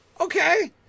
Okay